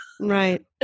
Right